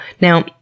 Now